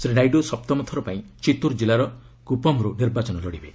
ଶ୍ରୀ ନାଇଡୁ ସପ୍ତମଥର ପାଇଁ ଚିତୁର ଜିଲ୍ଲାର କୁପମରୁ ନିର୍ବାଚନ ଲଢ଼ିବେ